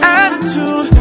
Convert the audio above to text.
attitude